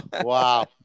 wow